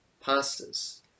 pastors